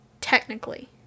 technically